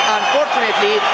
unfortunately